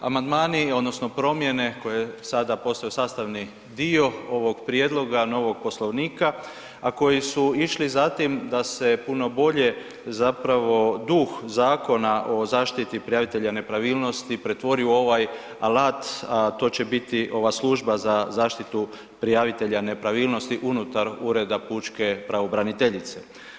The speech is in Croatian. Amandmani odnosno promjene koje sada postaju sastavni dio ovog prijedloga novog Poslovnika, a koji su išli za tim da se puno bolje zapravo duh Zakona o zaštiti prijavitelja nepravilnosti pretvori u ovaj alat, a to će biti ova služba za zaštitu prijavitelja nepravilnosti unutar Ureda pučke pravobraniteljice.